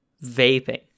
Vaping